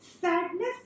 Sadness